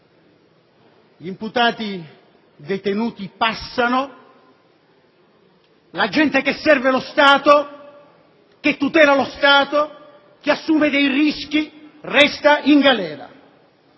Gli imputati, i detenuti passano, la gente che serve lo Stato, che tutela lo Stato, che assume dei rischi resta in galera.